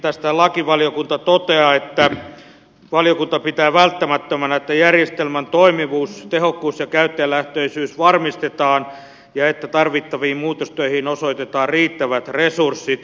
tästä lakivaliokunta toteaa että valiokunta pitää välttämättömänä että järjestelmän toimivuus tehokkuus ja käyttäjälähtöisyys varmistetaan ja että tarvittaviin muutostöihin osoitetaan riittävät resurssit